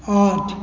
आठ